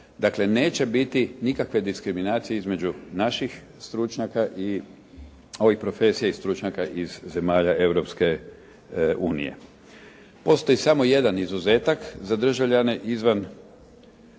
Dakle, neće biti nikakve diskriminacije između naših stručnjaka i ovih profesija i stručnjaka iz zemalja Europske unije. Postoji samo jedan izuzetak za državljane izvan